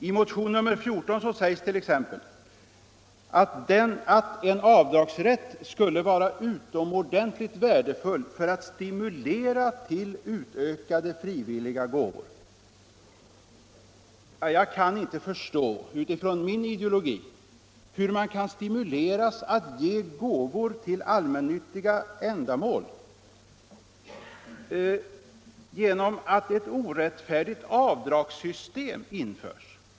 I motionen 14 sägs t.ex. att en avdragsrätt skulle ”vara utomordentligt värdefull för att stimulera till utökade frivilliga gåvor”. Jag kan inte förstå, utifrån min ideologi, hur man kan stimuleras att ge gåvor till allmännyttiga ändamål genom att ett orättfärdigt avdragssystem införs.